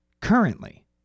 Currently